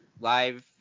live